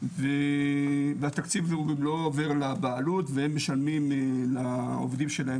והתקציב לא עובר לבעלות והם משלמים לעובדים להם,